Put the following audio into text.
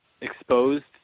exposed